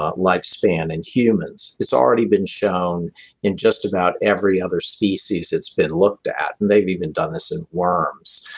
um lifespan in humans. it's already been shown in just about every other species it's been looked at and they've even done this in worms,